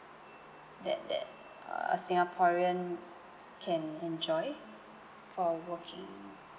that that uh a singaporean can enjoy for working